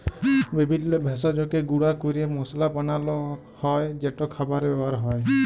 বিভিল্য ভেষজকে গুঁড়া ক্যরে মশলা বানালো হ্যয় যেট খাবারে ব্যাবহার হ্যয়